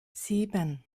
sieben